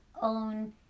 own